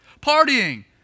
partying